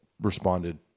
responded